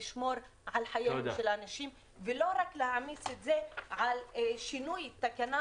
לשמור על חייהם של האנשים ולא רק להעמיס את זה על שינוי תקנה,